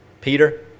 Peter